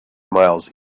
miles